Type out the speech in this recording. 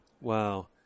Wow